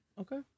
Okay